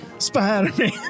Spider-Man